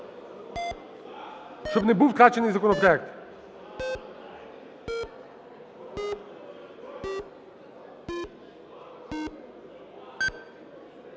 щоб не був втрачений законопроект.